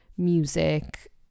music